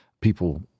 people